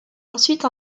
ensuite